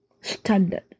standard